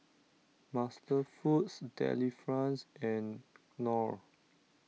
MasterFoods Delifrance and Knorr